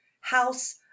House